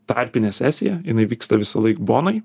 tarpinė sesija jinai vyksta visąlaik bonoj